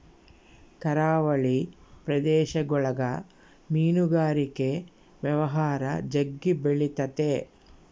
ಕರಾವಳಿ ಪ್ರದೇಶಗುಳಗ ಮೀನುಗಾರಿಕೆ ವ್ಯವಹಾರ ಜಗ್ಗಿ ಬೆಳಿತತೆ